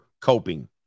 coping